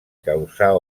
causar